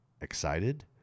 excited